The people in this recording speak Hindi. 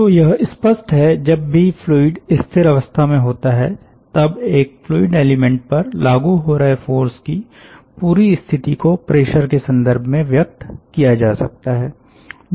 तो यह स्पष्ट है जब भी फ्लूइड स्थिर अवस्था में होता है तब एक फ्लूइड एलिमेंट पर लागू हो रहे फ़ोर्स की पूरी स्थिति को प्रेशर के संदर्भ में व्यक्त किया जा सकता है